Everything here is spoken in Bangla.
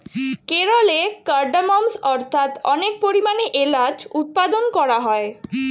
কেরলে কার্ডমমস্ অর্থাৎ অনেক পরিমাণে এলাচ উৎপাদন করা হয়